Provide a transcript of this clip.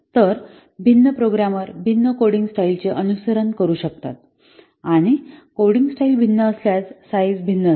तर भिन्न प्रोग्रामर भिन्न कोडींग स्टाईलचे अनुसरण करू शकतात आणि कोडिंग स्टाईल भिन्न असल्यास साईझ भिन्न असेल